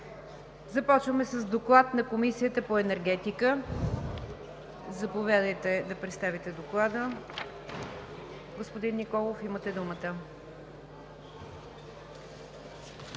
Започваме с Доклад на Комисията по енергетика. Заповядайте да представите Доклада – господин Николов, имате думата.